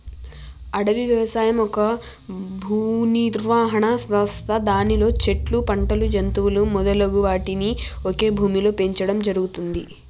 అడవి వ్యవసాయం ఒక భూనిర్వహణ వ్యవస్థ దానిలో చెట్లు, పంటలు, జంతువులు మొదలగు వాటిని ఒకే భూమిలో పెంచడం జరుగుతుంది